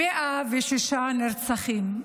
106 נרצחים.